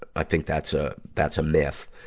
i think that's a, that's a myth,